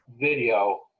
video